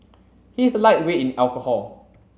he is a lightweight in alcohol